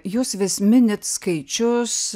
jūs vis minit skaičius